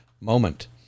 moment